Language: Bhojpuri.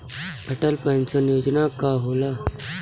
अटल पैंसन योजना का होला?